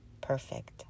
perfect